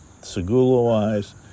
segula-wise